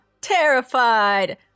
terrified